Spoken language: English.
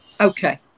Okay